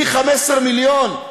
V 15 מיליון.